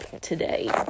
today